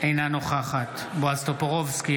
אינה נוכחת בועז טופורובסקי,